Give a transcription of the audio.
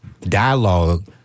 dialogue